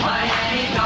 Miami